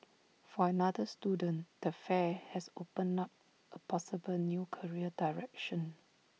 for another student the fair has opened up A possible new career direction